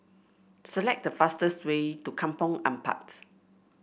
select the fastest way to Kampong Ampat